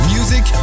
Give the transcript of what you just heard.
Music